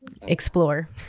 Explore